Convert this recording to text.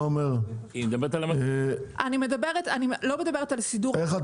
אני לא מדברת על סידור --- איך את